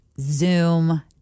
Zoom